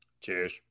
Cheers